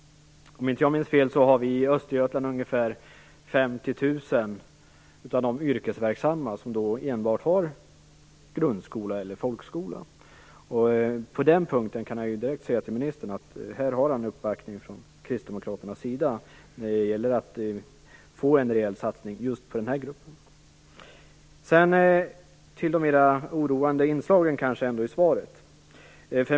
Om inte jag minns fel har i Östergötland ungefär 50 000 av de yrkesverksamma enbart grundskola eller folkskola. På den punkten kan jag direkt säga till ministern att han här har uppbackning från kristdemokraternas sida när det gäller att få en rejäl satsning just på denna grupp. Sedan till de mer oroande inslagen i svaret.